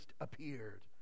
appeared